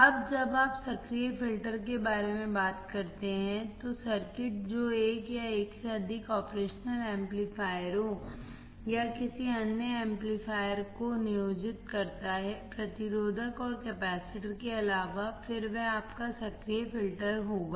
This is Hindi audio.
अब जब आप सक्रिय फिल्टर के बारे में बात करते हैं तो सर्किट जो एक या एक से अधिक ऑपरेशनल एम्पलीफायरों या किसी अन्य एम्पलीफायर को नियोजित करता है प्रतिरोधक और कैपेसिटर के अलावा फिर वह आपका सक्रिय फ़िल्टर होगा